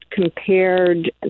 compared